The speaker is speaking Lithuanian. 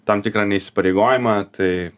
tam tikrą neįsipareigojimą tai